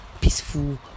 peaceful